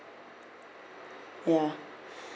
ya